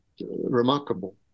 remarkable